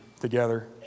together